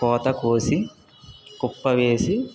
కోత కోసి కుప్ప వేసి